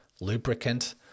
lubricant